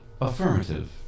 Affirmative